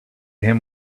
him